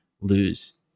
lose